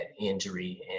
injury